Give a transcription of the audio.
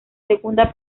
segunda